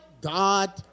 God